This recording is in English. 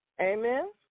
Amen